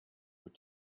were